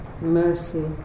mercy